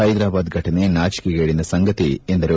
ಹೈದ್ರಾಬಾದ್ ಘಟನೆ ನಾಚಿಕೆಗೇಡಿನ ಸಂಗತಿ ಎಂದರು